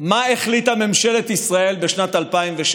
מה החליטה ממשלת ישראל בשנת 2007,